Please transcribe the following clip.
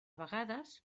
vegades